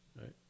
Right